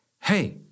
hey